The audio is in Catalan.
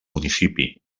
municipi